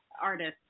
artist